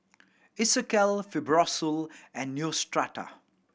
Isocal Fibrosol and Neostrata